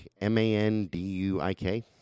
M-A-N-D-U-I-K